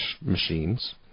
machines